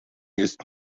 ist